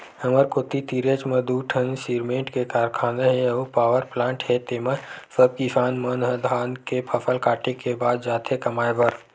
हमर कोती तीरेच म दू ठीन सिरमेंट के कारखाना हे अउ पावरप्लांट हे तेंमा सब किसान मन ह धान के फसल काटे के बाद जाथे कमाए बर